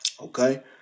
Okay